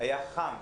היה חם.